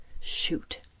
Shoot